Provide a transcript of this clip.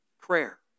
prayer